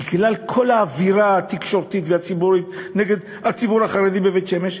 בגלל כל האווירה התקשורתית והציבורית נגד הציבור החרדי בבית-שמש.